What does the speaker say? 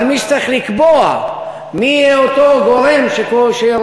אבל מי שצריך לקבוע מי יהיה אותו גורם שרושם